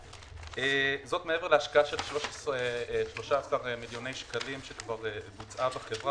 -- זאת מעבר להשקעה של 13 מיליון שקלים שכבר בוצעה בחברה